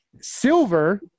silver